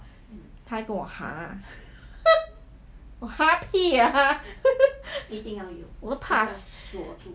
他还跟我 !huh! 我 !huh! 屁 ah 我怕死